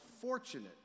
fortunate